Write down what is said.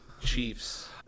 Chiefs